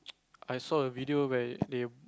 I saw a video where they